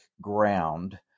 ground